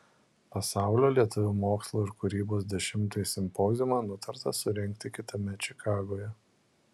pasaulio lietuvių mokslo ir kūrybos dešimtąjį simpoziumą nutarta surengti kitąmet čikagoje